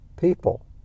people